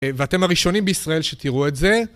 ואתם הראשונים בישראל שתראו את זה.